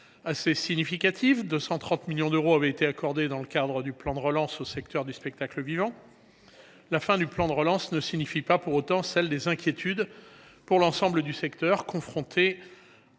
très significative. Ainsi, 230 millions d’euros avaient été accordés dans le cadre du plan de relance au secteur du spectacle vivant. La fin de ces crédits exceptionnels ne signifie pas pour autant celle des inquiétudes pour l’ensemble de ce secteur, confronté